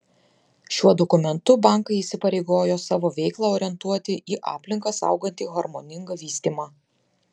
šiuo dokumentu bankai įsipareigojo savo veiklą orientuoti į aplinką saugantį harmoningą vystymą